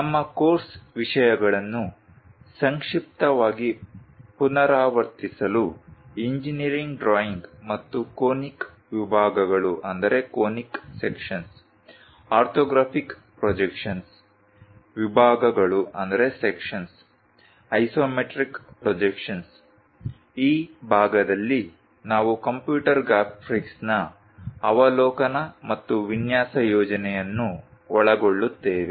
ನಮ್ಮ ಕೋರ್ಸ್ ವಿಷಯಗಳನ್ನು ಸಂಕ್ಷಿಪ್ತವಾಗಿ ಪುನರಾವರ್ತಿಸಲು ಇಂಜಿನೀರಿಂಗ್ ಡ್ರಾಯಿಂಗ್ ಮತ್ತು ಕೋನಿಕ್ ವಿಭಾಗಗಳು ಆರ್ಥೋಗ್ರಾಫಿಕ್ ಪ್ರೊಜೆಕ್ಷನ್ಸ್ ವಿಭಾಗಗಳು ಐಸೊಮೆಟ್ರಿಕ್ ಪ್ರೊಜೆಕ್ಷನ್ಸ್ ಈ ಭಾಗದಲ್ಲಿ ನಾವು ಕಂಪ್ಯೂಟರ್ ಗ್ರಾಫಿಕ್ಸ್ನ ಅವಲೋಕನ ಮತ್ತು ವಿನ್ಯಾಸ ಯೋಜನೆಯನ್ನು ಒಳಗೊಳ್ಳುತ್ತೇವೆ